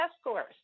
scores